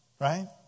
right